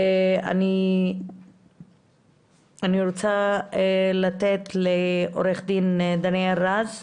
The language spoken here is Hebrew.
אני רוצה לתת את זכות הדיבור לעו"ד דניאל רז,